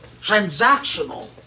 transactional